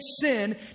sin